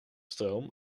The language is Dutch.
stroom